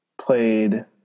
played